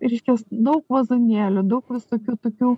ir iškils daug vazonėlių daug visokių tokių